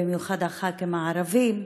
במיוחד הח"כים הערבים,